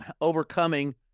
overcoming